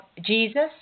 Jesus